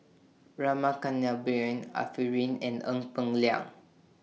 Rama Kannabiran Arifin and Ee Peng Liang